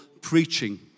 preaching